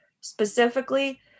specifically